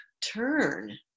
turn